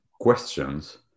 questions